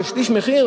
שליש מחיר.